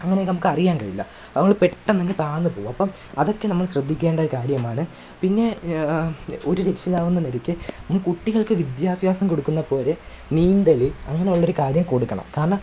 അങ്ങനെ ഒക്കെ നമുക്ക് അറിയാൻ കഴിയില്ല അത്കൊണ്ട് പെട്ടന്ന് അങ്ങ് താഴ്ന്ന് പോവും അപ്പം അതൊ ക്കെ നമ്മൾ ശ്രദ്ധിക്കേണ്ട കാര്യമാണ് പിന്നെ ഒരു രക്ഷിതാവെന്ന നിലയ്ക്ക് നം കുട്ടികള്ക്ക് വിദ്യാഭ്യാസം കൊടുക്കുന്ന പോലെ നീന്തൽ അങ്ങനെ ഉള്ള ഒരു കാര്യം കൊടുക്കണം കാരണം